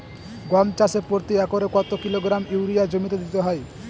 গম চাষে প্রতি একরে কত কিলোগ্রাম ইউরিয়া জমিতে দিতে হয়?